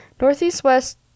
Northeast-West